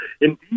indeed